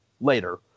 later